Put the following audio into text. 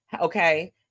Okay